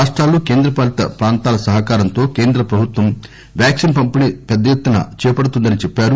రాష్టాలు కేంద్రపాలిత ప్రాంతాల సహకారంతో కేంద్రప్రభుత్వం వ్యాక్సీన్ పంపిణీ పెద్దఎత్తున చేపడుతుందని చెప్పారు